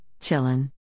chillin